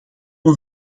een